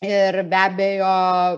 ir be abejo